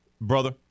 Brother